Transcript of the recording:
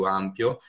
ampio